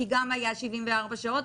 כי גם היו 74 שעות,